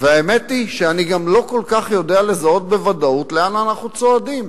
והאמת היא שאני גם לא כל כך יודע לזהות בוודאות לאן אנחנו צועדים.